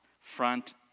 front